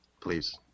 Please